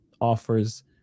offers